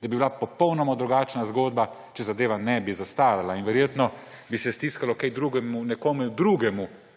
da je bila popolnoma drugačna zgodba, če zadeva ne bi zastarala in verjetno bi se stiskalo nekomu drugemu, ne pa tistim,